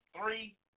three